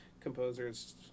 composers